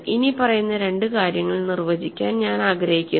ഇനിപ്പറയുന്ന രണ്ട് കാര്യങ്ങൾ നിർവചിക്കാൻ ഞാൻ ആഗ്രഹിക്കുന്നു